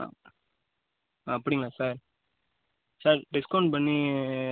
ஆ அப்படிங்களா sir sir discount பண்ணி